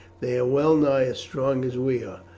they are well nigh as strong as we are.